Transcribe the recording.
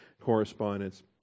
correspondence